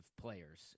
players